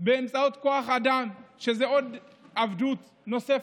באמצעות חברות כוח אדם, שזאת עבדות נוספת.